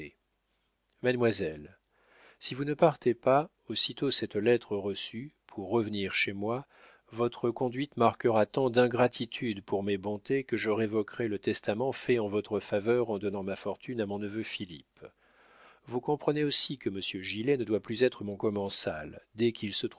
mademoiselle si vous ne partez pas aussitôt cette lettre reçue pour revenir chez moi votre conduite marquera tant d'ingratitude pour mes bontés que je révoquerai le testament fait en votre faveur en donnant ma fortune à mon neveu philippe vous comprenez aussi que monsieur gilet ne doit plus être mon commensal dès qu'il se